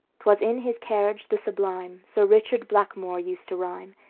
twas in his carriage the sublime sir richard blackmore used to rhyme,